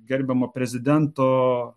gerbiamo prezidento